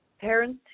parents